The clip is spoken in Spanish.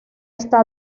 está